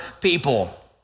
people